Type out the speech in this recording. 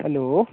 hello